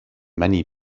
many